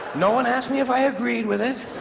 no one asked me if i agreed with it.